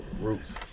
Roots